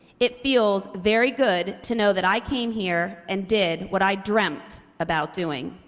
it feels very good to know that i came here and did what i dreamt about doing.